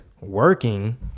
working